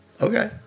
okay